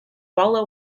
walla